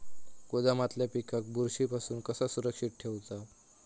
गोदामातल्या पिकाक बुरशी पासून कसा सुरक्षित ठेऊचा?